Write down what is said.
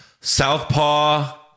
Southpaw